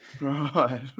Right